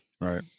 right